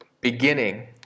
beginning